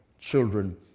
children